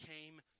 came